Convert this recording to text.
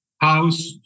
house